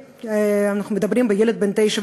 אנחנו מדברים על ילד בן תשע,